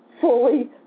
fully